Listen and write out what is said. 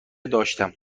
داشتم